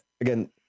again